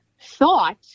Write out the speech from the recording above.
thought